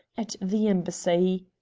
at the embassy.